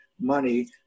money